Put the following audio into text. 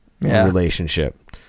relationship